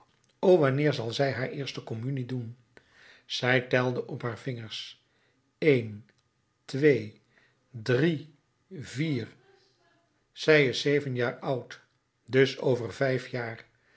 o wanneer zal zij haar eerste communie doen zij telde op haar vingers een twee drie vier zij is zeven jaar oud dus over vijf jaar